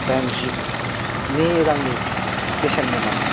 डाइनजिनि रांनि बेसेननिमोन